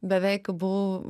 beveik buvau